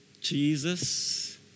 Jesus